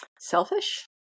selfish